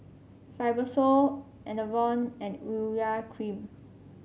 Fibrosol Enervon and Urea Cream